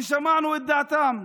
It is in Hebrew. ושמענו את דעתם.